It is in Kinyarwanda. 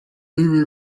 ururimi